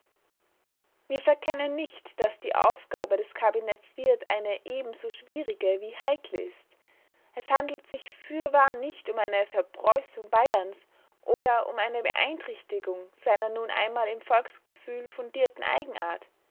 wir verkennen nicht daß die aufgabe des kabinetts wirth eine ebenso schwierige wie heikle ist es handelt sich fürwahr nicht um eine verpreußung bayerns oder um eine beeinträchtigung seiner nun einmal im volksgefühl fundierten eigenart